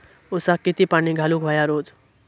ऊसाक किती पाणी घालूक व्हया रोज?